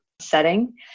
setting